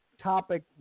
topic